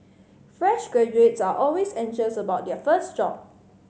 fresh graduates are always anxious about their first job